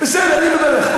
בסדר, אני מברך.